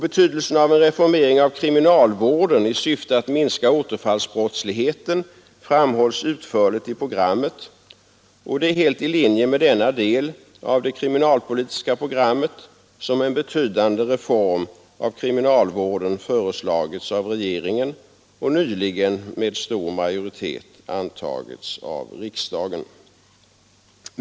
Betydelsen av en reformering av kriminalvården i syfte att minska återfallsbrottsligheten framhålls utförligt i programmet, och det är helt i linje med denna del av det kriminalpolitiska programmet som en betydande reform av kriminalvården föreslagits av regeringen och nyligen med stor majoritet antagits av riksdagen.